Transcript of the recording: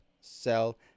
sell